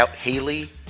Haley